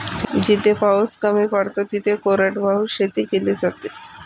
जिथे पाऊस कमी पडतो तिथे कोरडवाहू शेती केली जाते